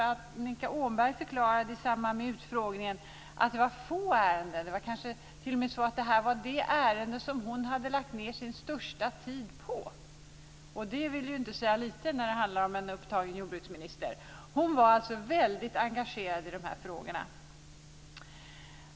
Annika Åhnberg förklarade vid utfrågningen att det kanske t.o.m. var det ärende som hon lagt ned sin största tid på. Det vill inte säga lite när det handlar om en upptagen jordbruksminister. Hon var väldigt engagerad i dessa frågor.